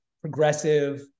progressive